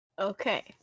Okay